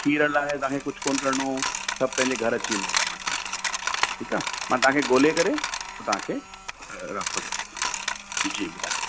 खीर लाइ तव्हांखे कुखु कोन करिणो सभु पंहिंजे घरु अची वेंदव तव्हांखे ठीकु आहे मां तव्हांखे ॻोल्हे करे पोइ तव्हांखे राबितो कयां थो जी ॿुधायो